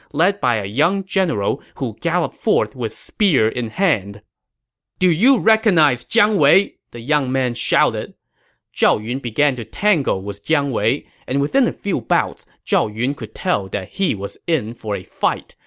led by a young general who galloped forth with spear in hand do you recognize jiang wei? the young man shouted zhao yun began to tangle with jiang wei, and within a few bouts, zhao yun could tell that he was in for a fight,